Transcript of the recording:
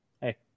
hey